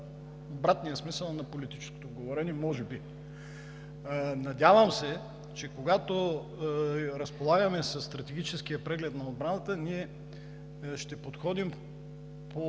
обратния смисъл на политическото говорене, може би. Надявам се, че когато разполагаме със стратегическия преглед на отбраната, ние ще подходим по